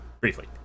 Briefly